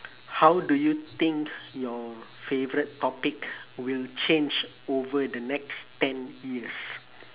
how do you think your favourite topic will change over the next ten years